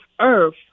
earth